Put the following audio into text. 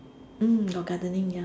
hmm got gardening ya